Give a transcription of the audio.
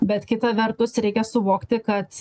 bet kita vertus reikia suvokti kad